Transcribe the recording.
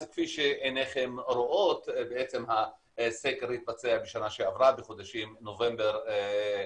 אז כפי שעיניכם רואות הסקר התבצע בשנה שעברה בחודשים נובמבר-דצמבר,